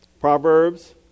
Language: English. Proverbs